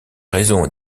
raison